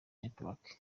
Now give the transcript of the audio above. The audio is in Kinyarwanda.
network